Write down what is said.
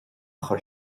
chur